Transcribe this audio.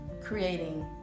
creating